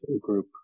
group